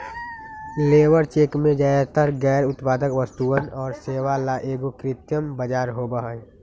labour check में ज्यादातर गैर उत्पादक वस्तुअन और सेवा ला एगो कृत्रिम बाजार होबा हई